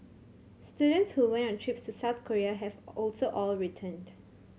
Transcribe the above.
students who went on trips to South Korea have also all returned